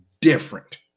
different